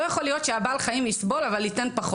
לא יכול להיות שבעל החיים יסבול אבל ייתן יותר,